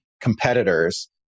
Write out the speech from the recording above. competitors